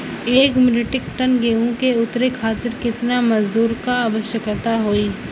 एक metric ton गेहूँ के उतारे खातीर कितना मजदूर क आवश्यकता होई?